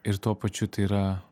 ir tuo pačiu tai yra